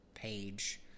page